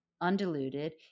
undiluted